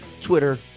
Twitter